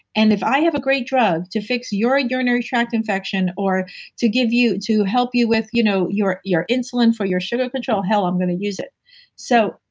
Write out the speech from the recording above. and if i have have great drug to fix your urinary tract infection or to give you to help you with you know your your insulin for your sugar control, hell, i'm gonna use it so,